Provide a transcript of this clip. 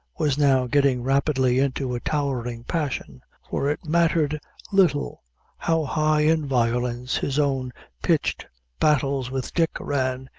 was now getting rapidly into a towering passion, for it mattered little how high in violence his own pitched battles with dick ran,